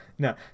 No